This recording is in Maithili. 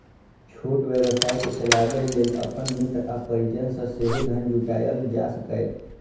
छोट व्यवसाय कें चलाबै लेल अपन मित्र आ परिजन सं सेहो धन जुटायल जा सकैए